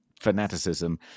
fanaticism